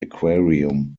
aquarium